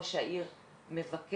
ראש העיר מבקש,